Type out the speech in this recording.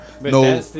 no